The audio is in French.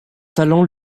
talent